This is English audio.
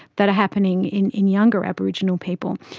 that are happening in in younger aboriginal people.